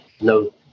no